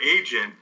agent